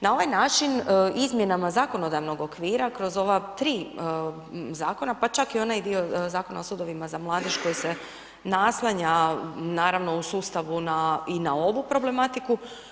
Na ovaj način izmjenama zakonodavnog okvira kroz ova 3 zakona, pa čak i onaj dio Zakona o sudovima za mladež koji se naslanja naravno u sustavu na i na ovu problematiku.